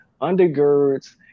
undergirds